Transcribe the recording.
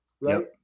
Right